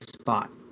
spot